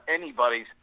anybody's